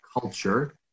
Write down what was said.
culture